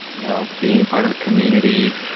you know, being part of a community.